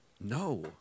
no